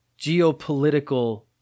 geopolitical